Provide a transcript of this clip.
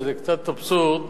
וזה קצת אבסורד,